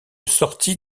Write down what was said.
sortie